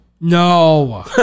No